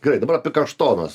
gerai dabar apie kaštonus